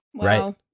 right